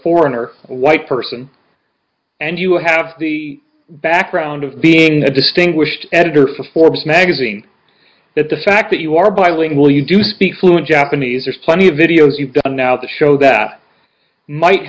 foreigner white person and you have the background of being a distinguished editor of forbes magazine that the fact that you are bilingual you do speak fluent japanese are plenty of videos you've done now to show that might